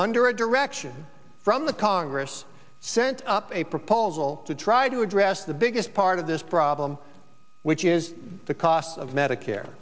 under a direction from the congress sent up a proposal to try to address the biggest part of this problem which is the cost of medicare